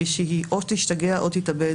ושהיא או תשתגע או תתאבד,